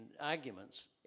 arguments